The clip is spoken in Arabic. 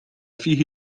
فيه